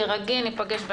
תירגעי, ניפגש בהמשך.